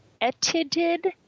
edited